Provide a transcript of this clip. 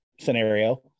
scenario